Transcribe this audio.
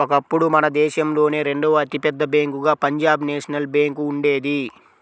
ఒకప్పుడు మన దేశంలోనే రెండవ అతి పెద్ద బ్యేంకుగా పంజాబ్ నేషనల్ బ్యేంకు ఉండేది